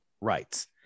rights